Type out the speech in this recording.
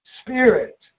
spirit